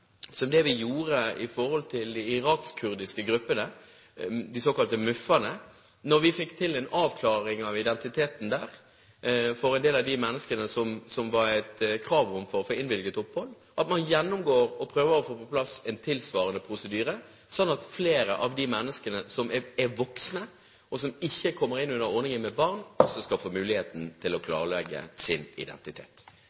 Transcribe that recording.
samme som vi gjorde når det gjaldt de irakisk-kurdiske gruppene, de såkalte MUF-erne. Vi fikk til en avklaring av identiteten for en del av de menneskene, som det var et krav om for å få innvilget opphold. Man kan gjennomgå dette og prøve å få på plass en tilsvarende prosedyre, slik at flere av de menneskene som er voksne og som ikke kommer innunder ordningen med barn, også skal få muligheten til å